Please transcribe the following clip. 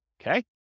Okay